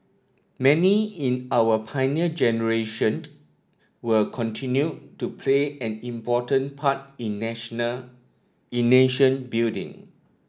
many in our Pioneer Generation will continue to play an important part in national in nation building